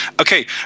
okay